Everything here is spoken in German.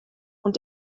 und